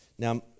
Now